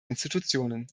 institutionen